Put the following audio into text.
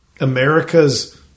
America's